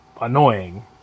annoying